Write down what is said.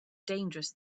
dangerous